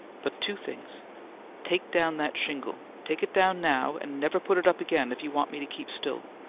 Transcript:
but two things take down that shingle. take it down now, and never put it up again if you want me to keep still.